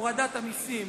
הורדת מסים.